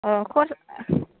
औ